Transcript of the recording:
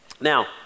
Now